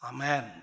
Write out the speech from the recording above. Amen